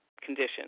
condition